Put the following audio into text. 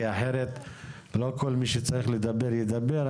כי אחרת לא כל מי שצריך לדבר ידבר,